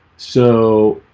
so